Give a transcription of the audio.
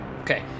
Okay